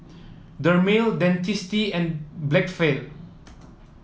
Dermale Dentiste and Blephagel